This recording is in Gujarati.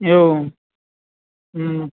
એવું હમ્મ